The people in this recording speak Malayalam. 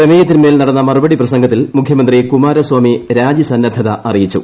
പ്രമേയത്തിൻമേൽ നടന്ന മറുപടി പ്രസംഗത്തിൽ മുഖ്യമന്ത്രി കുമാരസാമി രാജിസന്നദ്ധത അറിയിച്ചു